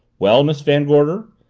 well, miss van gorder,